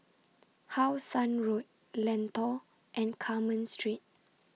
How Sun Road Lentor and Carmen Street